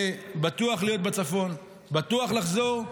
שבטוח להיות בצפון, בטוח לחזור,